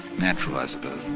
natural, i suppose.